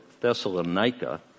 Thessalonica